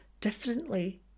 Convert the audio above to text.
differently